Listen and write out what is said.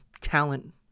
talent